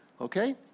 Okay